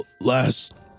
last